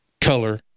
color